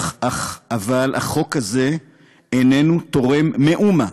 אבל החוק הזה איננו תורם מאומה